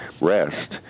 rest